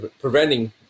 preventing